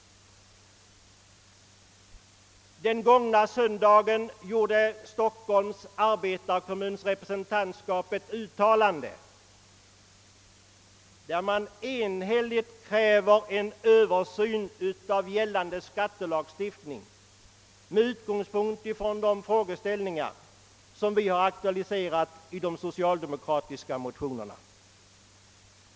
I söndags gjorde Stockholms arbetarkommuns representantskap ett uttalande där det enhälligt krävs en översyn av gällande skattelagstiftning med utgångspunkt från de frågeställningar som vi har aktualiserat i de socialdemokratiska motionerna.